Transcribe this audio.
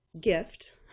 gift